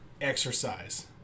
exercise